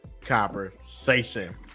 conversation